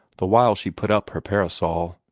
the while she put up her parasol.